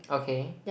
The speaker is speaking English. okay